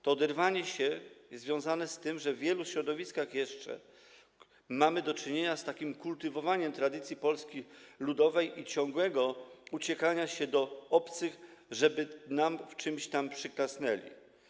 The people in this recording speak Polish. To oderwanie się związane jest z tym, że w wielu środowiskach mamy jeszcze do czynienia z takim kultywowaniem tradycji Polski Ludowej i ciągłym uciekaniem się do obcych, żeby nam w czymś przyklasnęli.